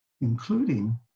including